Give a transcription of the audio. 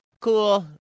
cool